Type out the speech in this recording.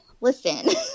Listen